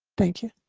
thank you.